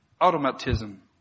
automatism